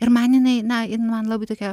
ir man jinai na jin man labai tokia